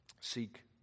Seek